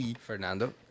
Fernando